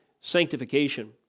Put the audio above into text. sanctification